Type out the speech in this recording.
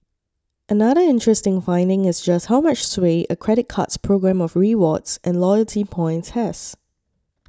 another interesting finding is just how much sway a credit card's programme of rewards and loyalty points has